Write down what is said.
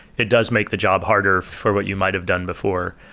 it does make the job harder for what you might have done before.